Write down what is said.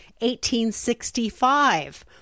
1865